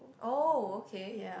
oh okay